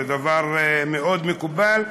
זה דבר מאוד מקובל,